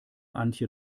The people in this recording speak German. antje